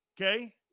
Okay